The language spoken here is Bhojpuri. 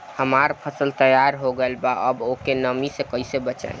हमार फसल तैयार हो गएल बा अब ओके नमी से कइसे बचाई?